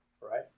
Right